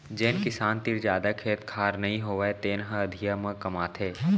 जेन किसान तीर जादा खेत खार नइ होवय तेने ह अधिया म कमाथे